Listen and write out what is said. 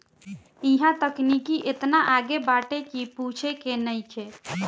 इहां तकनीकी एतना आगे बाटे की पूछे के नइखे